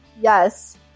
Yes